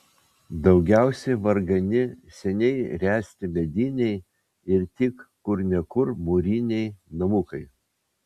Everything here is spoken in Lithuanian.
daugiausiai vargani seniai ręsti mediniai ir tik kur ne kur mūriniai namukai